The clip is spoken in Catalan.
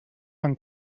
fan